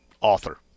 author